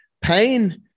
pain